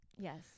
Yes